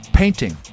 painting